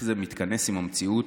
זה מתכנס עם המציאות.